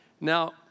Now